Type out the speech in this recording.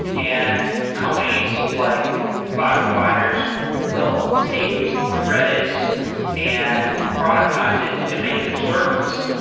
and companies like cloud providers will take redis and productize it and make it a service.